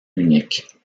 unique